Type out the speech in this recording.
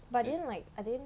but then like I didn't